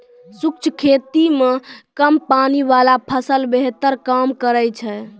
शुष्क खेती मे कम पानी वाला फसल बेहतर काम करै छै